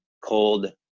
cold